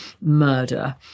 murder